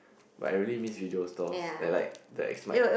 but I really miss video stores like like the